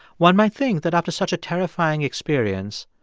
one might think that after such a terrifying experience,